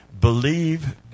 believe